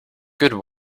good